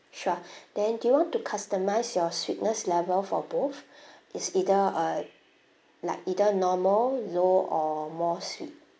sure then do you want to customise your sweetness level for both it's either uh like either normal low or more sweet